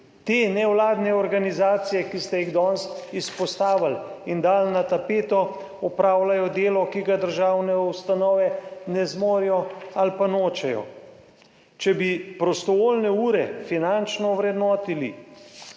Te nevladne organizacije, ki ste jih danes izpostavili in dali na tapeto opravljajo delo, ki ga državne ustanove ne zmorejo ali pa nočejo. Če bi prostovoljne ure finančno ovrednotili